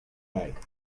like